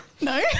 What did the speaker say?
no